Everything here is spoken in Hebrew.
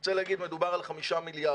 אני רוצה להגיד שמדובר על 5 מיליארד.